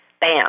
Bam